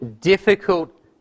difficult